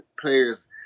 players